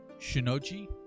Shinogi